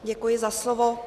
Děkuji za slovo.